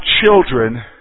children